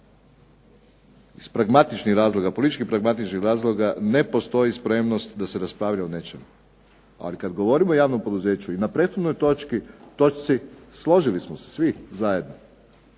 iz pragmatičnih razloga, politički pragmatičkih razloga ne postoji spremnost da se raspravlja o nečemu. Ali kad govorimo o javnom poduzeću i na prethodnoj točki složili smo se svi zajedno